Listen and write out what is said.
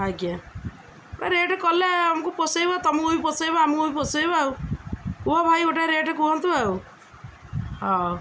ଆଜ୍ଞା ଏ ରେଟ୍ କଲା ଆମକୁ ପୋଷେଇବ ତୁମକୁ ବି ପୋଷେଇବ ଆମକୁ ବି ପୋଷେଇବ ଆଉ କୁହ ଭାଇ ଗୋଟେ ରେଟ୍ କୁହନ୍ତୁ ଆଉ ହଉ